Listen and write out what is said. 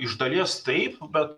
iš dalies taip bet